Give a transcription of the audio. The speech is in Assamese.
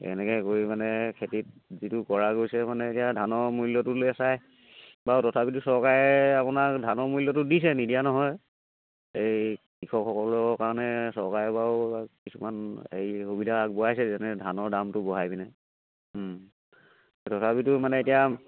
এনেকৈ কৰি মানে খেতিত যিটো কৰা গৈছে মানে এতিয়া ধানৰ মূল্যটোলৈ চাই বাৰু তথাপিতো চৰকাৰে আপোনাক ধানৰ মূল্যটো দিছে নিদিয়া নহয় এই কৃষকসকলৰ কাৰণে চৰকাৰে বাৰু কিছুমান হেৰি সুবিধা আগবঢ়াইছে যেনে ধানৰ দামটো বঢ়াই পিনে তথাপিতো মানে এতিয়া